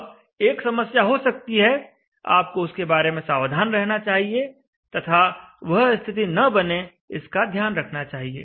अब एक समस्या हो सकती है आपको उसके बारे में सावधान रहना चाहिए तथा वह स्थिति न बने इसका ध्यान रखना चाहिए